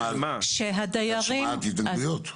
את שמעת התנגדויות?